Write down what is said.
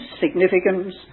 significance